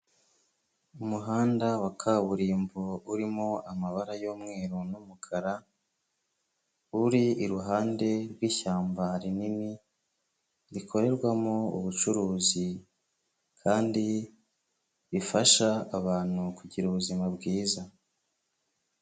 Umuhanda wa kaburimbo urimo amabara y'umweru n'umukara, uri iruhande rw'ishyamba rinini, rikorerwamo ubucuruzi, kandi rifasha abantu kugira ubuzima bwiza.